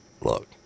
Look